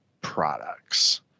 products